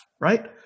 right